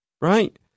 right